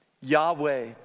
Yahweh